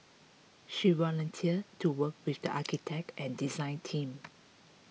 she volunteered to work with the architect and design team